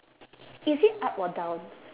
is it up or down